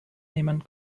nehmen